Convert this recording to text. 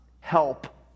help